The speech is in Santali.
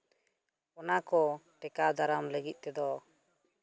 ᱚᱱᱟᱠᱚ ᱴᱮᱠᱟᱣ ᱫᱟᱨᱟᱢ ᱞᱟᱹᱜᱤᱫ ᱛᱮᱫᱚ